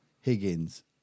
Higgins